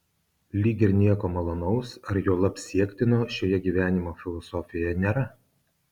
lyg ir nieko malonaus ar juolab siektino šioje gyvenimo filosofijoje nėra